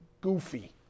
goofy